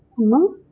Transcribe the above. move